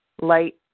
light